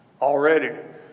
already